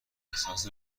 احساس